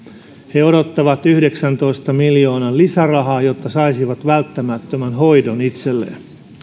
he odottavat yhdeksäntoista miljoonan lisärahaa jotta saisivat välttämättömän hoidon itselleen